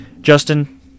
Justin